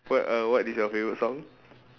what uh what is your favorite song